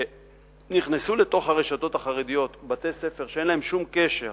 שנכנסו לתוך הרשתות החרדיות בתי-ספר שאין להם שום קשר